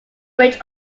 range